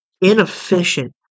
inefficient